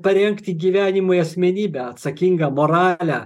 parengti gyvenimui asmenybę atsakingą moralią